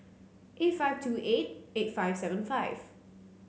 eight five two eight eight five seven five